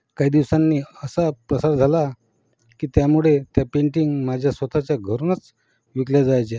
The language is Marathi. काही दिवसांनी असा प्रसार झाला की त्यामुळे त्या पेंटिंग माझ्या स्वत च्या घरूनच विकल्या जायच्या